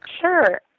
Sure